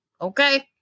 okay